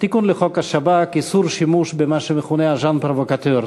תיקון לחוק השב"כ: איסור שימוש במה שמכונה agent provocateur,